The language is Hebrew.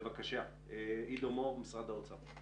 עידו מור ממשרד האוצר,